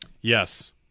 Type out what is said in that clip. Yes